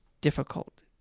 difficult